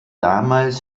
damals